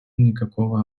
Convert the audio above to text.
никакого